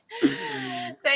Thank